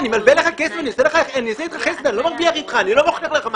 אני לא אומר שלא צריך.